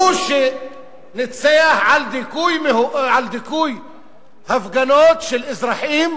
הוא שניצח על דיכוי הפגנות של אזרחים